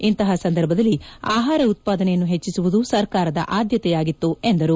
ಇಂತಪ ಸಂದರ್ಭದಲ್ಲಿ ಆಹಾರ ಉತ್ತಾದನೆಯನ್ನು ಹೆಚ್ಚಿಸುವುದು ಸರ್ಕಾರದ ಆದ್ನತೆಯಾಗಿತ್ತು ಎಂದರು